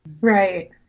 Right